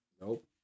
Nope